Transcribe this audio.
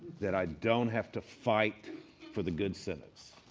that i don't have to fight for the good sentence.